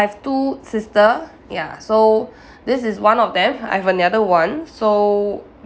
have two sister ya so this is one of them I've another one so